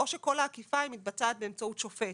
או שכל האכיפה מתבצעת באמצעות שופט,